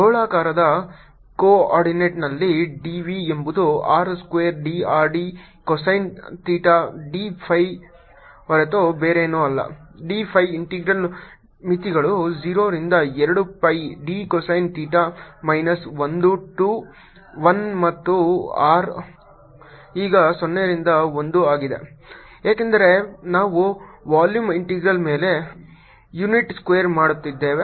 ಗೋಳಾಕಾರದ ಕೋ ಆರ್ಡಿನೇಟ್ನಲ್ಲಿ D v ಎಂಬುದು r square d r d cosine theta d phi ಹೊರತು ಬೇರೇನೂ ಅಲ್ಲ d phi ಇಂಟೆಗ್ರಲ್ ಮಿತಿಗಳು 0 ರಿಂದ 2 pi d cosine theta minus 1 to 1 ಮತ್ತು r ಈಗ 0 ರಿಂದ 1 ಆಗಿದೆ ಏಕೆಂದರೆ ನಾವು ವಾಲ್ಯೂಮ್ ಇಂಟಿಗ್ರಲ್ ಮೇಲೆ ಯೂನಿಟ್ ಸ್ಫರ್ ಮಾಡುತ್ತಿದ್ದೇವೆ